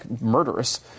murderous